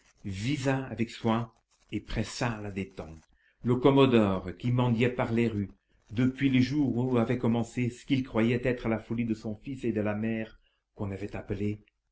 visa avec soin et pressa la détente le commodore qui mendiait par les rues depuis le jour où avait commencé ce qu'il croyait être la folie de son fils et la mère qu'on avait appelée